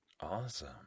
awesome